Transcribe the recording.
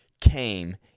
came